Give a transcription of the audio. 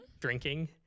drinking